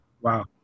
Wow